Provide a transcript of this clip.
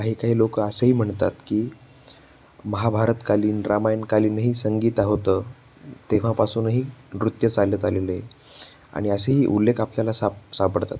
काही काही लोक असेही म्हणतात की महाभारतकालीन रामायणकालीनही संगीत होतं तेव्हापासूनही नृत्य चालत आलेले आहे आणि असेही उल्लेख आपल्याला साप सापडतात